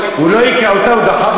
הוא לא הכה אותה,